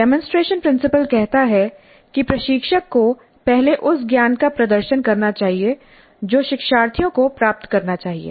demonstration principle कहता है कि प्रशिक्षक को पहले उस ज्ञान का प्रदर्शन करना चाहिए जो शिक्षार्थियों को प्राप्त करना चाहिए